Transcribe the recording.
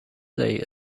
they